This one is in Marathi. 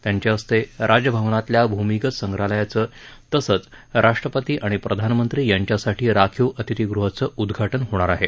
त्यांच्या हस्ते राजभवनातल्या भूमिगत संग्रहालयाचं तसंच राष्ट्रपती आणि प्रधानमंत्री यांच्यासाठी राखीव अतिथी गृहाचं उद्धाटन होणार आहे